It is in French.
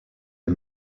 est